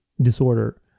disorder